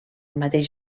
mateix